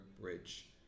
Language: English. Bridge